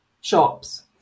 shops